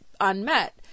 unmet